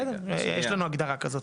בסדר, יש לנו הגדרה כזאת.